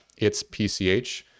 itspch